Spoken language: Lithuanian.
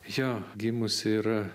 jo gimusi yra